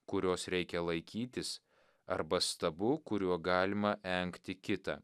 kurios reikia laikytis arba stabu kuriuo galima engti kitą